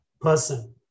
person